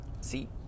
see